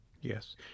Yes